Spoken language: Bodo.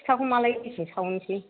फिथाखौ मालाय बेसे सावनोसै